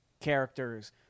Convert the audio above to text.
characters